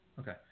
Okay